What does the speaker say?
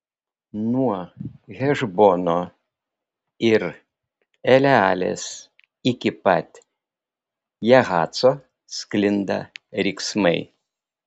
nuo hešbono ir elealės iki pat jahaco sklinda riksmai